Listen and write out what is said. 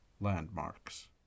landmarks